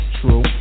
True